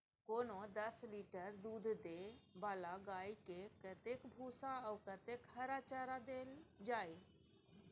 कोनो दस लीटर दूध दै वाला गाय के कतेक भूसा आ कतेक हरा चारा देल जाय?